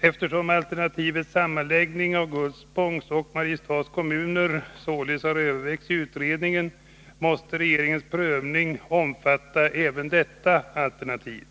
Eftersom alternativet sammanläggning av Gullspångs och Mariestads kommuner således har övervägts i utredningen, måste regeringens prövning omfatta även detta alternativ.